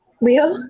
Leo